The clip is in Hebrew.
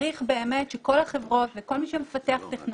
צריך באמת שכל החברות וכל מי שמפתח טכנולוגיה,